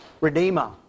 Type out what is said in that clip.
redeemer